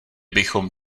bychom